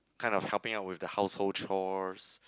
kind of helping out with the household chores